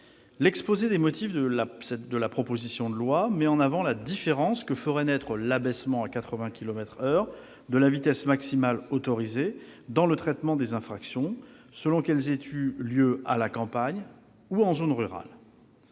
L'exposé des motifs de cette proposition de loi met en avant la différence que ferait naître l'abaissement à 80 kilomètres par heure de la vitesse maximale autorisée, dans le traitement des infractions, selon que celles-ci aient été commises en zone rurale